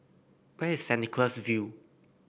where is Centy Cholas View